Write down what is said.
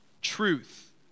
Truth